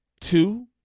two